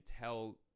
tell